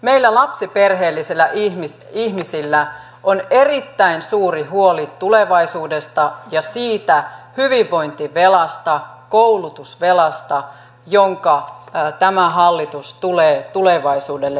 meillä lapsiperheellisillä ihmisillä on erittäin suuri huoli tulevaisuudesta ja siitä hyvinvointivelasta koulutusvelasta jonka tämä hallitus tulee tulevaisuudelle jättämään